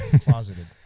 closeted